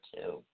two